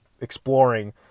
exploring